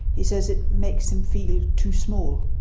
he says it makes him feel too small,